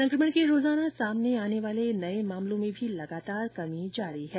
संकमण के रोजाना सामने आने वाले नए मामलों में भी लगातार कमी जारी है